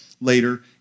later